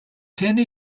kenne